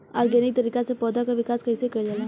Organic तरीका से पौधा क विकास कइसे कईल जाला?